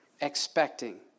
expecting